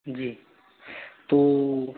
जी तो